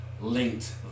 linked